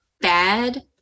Bad